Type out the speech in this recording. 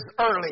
early